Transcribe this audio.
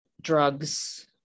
drugs